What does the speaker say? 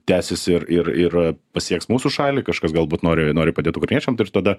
tęsis ir ir ir pasieks mūsų šalį kažkas galbūt nori nori padėt ukrainiečiam ir tada